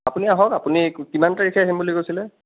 আপুনি আহক আপুনি কিমান তাৰিখে আহিম বুলি কৈছিলে